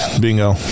Bingo